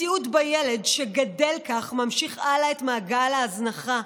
מציאות שבה ילד שגדל כך ממשיך הלאה את מעגל ההזנחה,